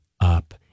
up